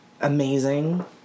Amazing